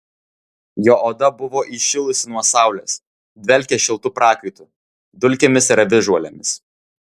jo oda buvo įšilusi nuo saulės dvelkė šiltu prakaitu dulkėmis ir avižuolėmis